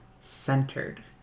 centered